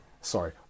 Sorry